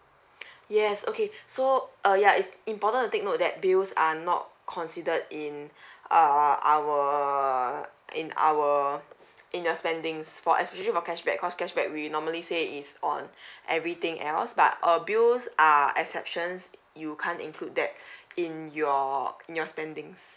yes okay so uh ya it's important to take note that bills are not considered in err our in our in the spendings for especially for cashback cause cashback we normally say it's on everything else but uh bills are exceptions you can't include that in your in your spending